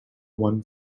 one